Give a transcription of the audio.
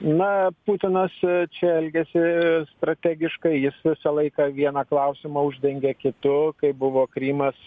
na putinas čia elgiasi strategiškai jis visą laiką vieną klausimą uždengia kitu kaip buvo krymas